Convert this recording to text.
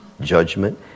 judgment